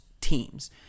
teams